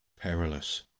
Perilous